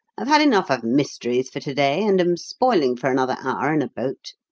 i've had enough of mysteries for to-day and am spoiling for another hour in a boat.